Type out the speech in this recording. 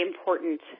important